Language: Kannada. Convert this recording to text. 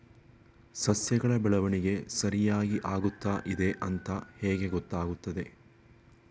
ಸಸ್ಯಗಳ ಬೆಳವಣಿಗೆ ಸರಿಯಾಗಿ ಆಗುತ್ತಾ ಇದೆ ಅಂತ ಹೇಗೆ ಗೊತ್ತಾಗುತ್ತದೆ?